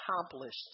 accomplished